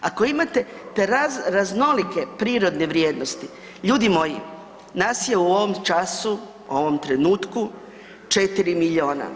Ako imate te raznolike prirodne vrijednosti, ljudi moji, nas u ovom času, u ovom trenutku 4 milijuna.